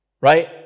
right